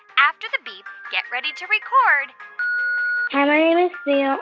after the beep, get ready to record hi, my name is sam.